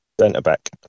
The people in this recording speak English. Centre-back